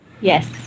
Yes